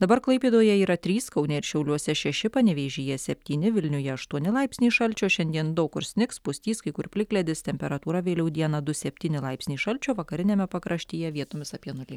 dabar klaipėdoje yra trys kaune ir šiauliuose šeši panevėžyje septyni vilniuje aštuoni laipsniai šalčio šiandien daug kur snigs pustys kai kur plikledis temperatūra vėliau dieną du septyni laipsniai šalčio vakariniame pakraštyje vietomis apie nulį